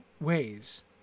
ways